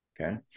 okay